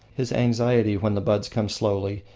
his anxiety when the buds come slowly,